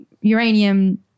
uranium